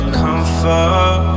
comfort